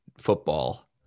football